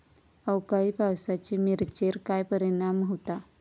अवकाळी पावसाचे मिरचेर काय परिणाम होता?